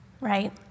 right